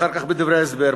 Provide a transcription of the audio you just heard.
אחר כך בדברי ההסבר,